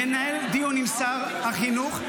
ננהל דיון עם שר החינוך,